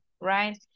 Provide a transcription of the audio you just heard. right